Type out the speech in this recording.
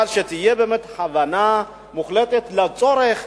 אבל שתהיה הבנה מוחלטת לצורך.